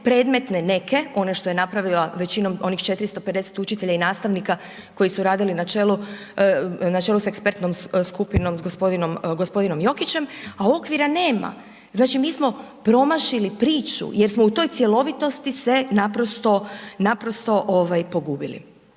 predmetne neke, one što je napravila većinom, onih 450 učitelja i nastavnika koji su radili na čelu, na čelu sa ekspertnom skupinom sa g. Jokićem a okvira nema. Znači mi smo promašili priču jer smo u toj cjelovitosti se naprosto pogubili.